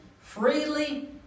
freely